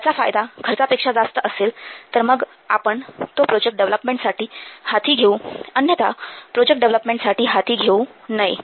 त्याचा फायदा खर्चापेक्षा जास्त असेल तर मग आपण तो प्रोजेक्ट डेव्हलपमेंटसाठी हाती घेऊ अन्यथा प्रोजेक्ट डेव्हलपमेंटसाठी हाती घेऊ नये